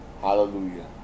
Hallelujah